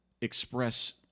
express